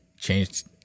changed